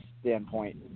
standpoint